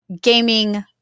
gaming